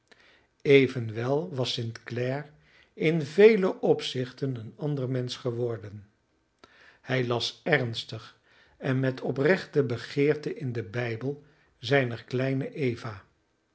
evenwel was st clare in vele opzichten een ander mensch geworden hij las ernstig en met oprechte begeerte in den bijbel zijner kleine eva